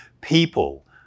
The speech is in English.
people